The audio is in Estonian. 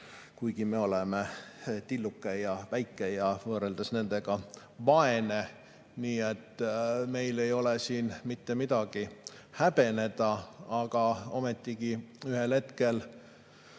kuigi me oleme tilluke ja väike ja võrreldes nendega vaene. Nii et meil ei ole siin mitte midagi häbeneda. Aga ometigi ühel hetkel